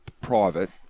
private